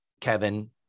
Kevin